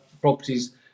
properties